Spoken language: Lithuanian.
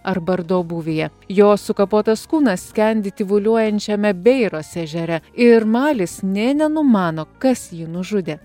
ar bardo būvyje jo sukapotas kūnas skendi tyvuliuojančiame beiros ežere ir malis nė nenumano kas jį nužudė